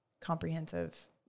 comprehensive